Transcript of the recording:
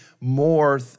more